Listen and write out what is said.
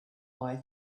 boy